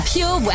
Pure